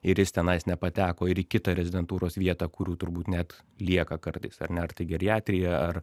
ir jis tenais nepateko ir į kitą rezidentūros vietą kurių turbūt net lieka kartais ar ne ar tai geriatrija ar